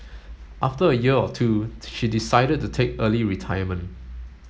after a year or two she decided to take early retirement